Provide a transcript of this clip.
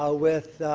ah with